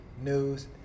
news